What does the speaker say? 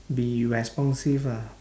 be responsive ah